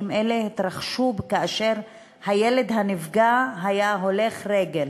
אלה התרחשו כאשר הילד הנפגע היה הולך רגל,